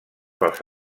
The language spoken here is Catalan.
pels